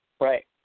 Right